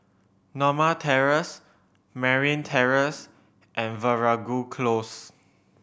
Norma Terrace Merryn Terrace and Veeragoo Close